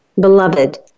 Beloved